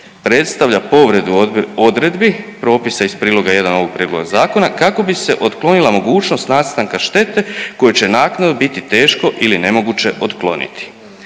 predstavlja povredu odredbi propisa iz priloga 1. ovog prijedloga zakona kako bi se otklonila mogućnost nastanka štete koju će naknadno biti teško ili nemoguće otkloniti.